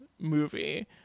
movie